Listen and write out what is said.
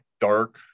dark